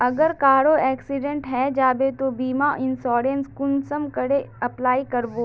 अगर कहारो एक्सीडेंट है जाहा बे तो बीमा इंश्योरेंस सेल कुंसम करे अप्लाई कर बो?